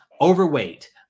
overweight